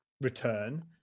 return